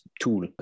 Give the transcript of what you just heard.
tool